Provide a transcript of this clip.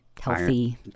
healthy